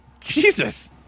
Jesus